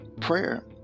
prayer